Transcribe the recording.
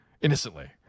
innocently